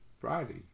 Friday